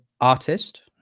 artist